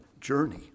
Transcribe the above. journey